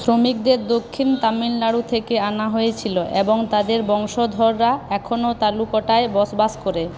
শ্রমিকদের দক্ষিণ তামিলনাড়ু থেকে আনা হয়েছিল এবং তাদের বংশধররা এখনও তালুকটায় বসবাস করে